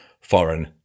foreign